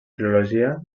filologia